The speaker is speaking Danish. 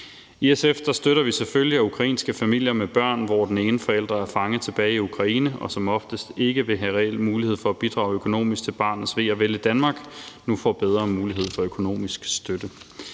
I SF støtter vi selvfølgelig, at ukrainske familier med børn, hvor den ene forælder er fanget tilbage i Ukraine, og som oftest ikke vil have reel mulighed for at bidrage økonomisk til barnets ve og vel i Danmark, nu får bedre mulighed for økonomisk støtte.